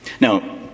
Now